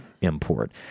import